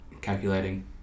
calculating